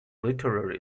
literary